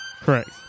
Correct